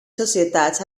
societats